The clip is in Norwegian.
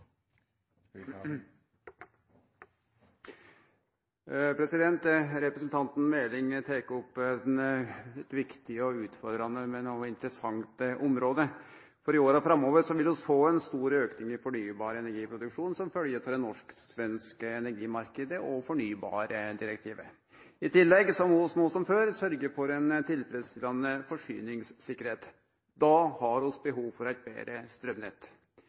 nettleie. Representanten Meling tek opp eit viktig og utfordrande, men òg eit interessant, område. I åra framover vil vi få ein stor auke i fornybar energiproduksjon som følgje av den norsk-svenske energimarknaden og fornybardirektivet. I tillegg må vi no, som før, sørgje for ein tilfredsstillande forsyningstryggleik. Da har vi behov for eit betre